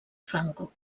franco